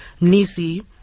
Nisi